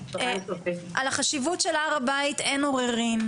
על החשיבות של הר הבית אין עוררין.